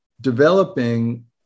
developing